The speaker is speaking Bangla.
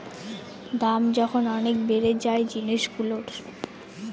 দাম যখন অনেক বেড়ে যায় জিনিসগুলোর